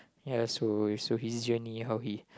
ya so so his journey how he